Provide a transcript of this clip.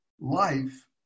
life